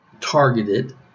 targeted